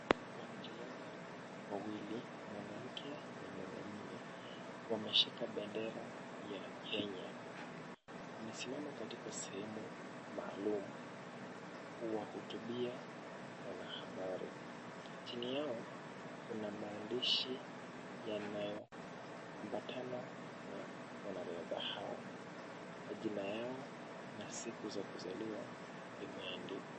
Wanariadha wawili, mwanamke na mwanamume wameshika bendera ya Kenya wamesimama katika sehemu maalum kuwahutubia wanahabari. Chini yao kuna maandishi yanayoambatana na wanariadha hao. Majina yao na siku za kuzaliwa vimeandikwa.